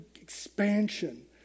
expansion